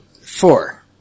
Four